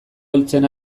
heltzen